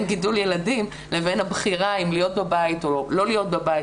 גידול ילדים לבין הבחירה אם להיות בבית או לא להיות בבית,